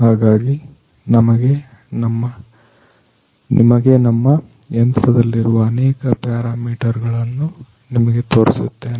ಹಾಗಾಗಿ ನಿಮಗೆ ನಮ್ಮ ಯಂತ್ರದಲ್ಲಿರುವ ಅನೇಕ ಪ್ಯಾರಾ ಮೀಟರ್ ಗಳನ್ನು ನಿಮಗೆ ತೋರಿಸುತ್ತೇನೆ